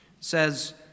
says